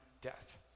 death